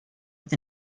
with